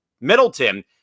Middleton